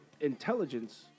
intelligence